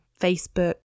Facebook